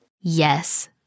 Yes